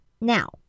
Now